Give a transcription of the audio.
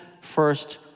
first